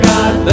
God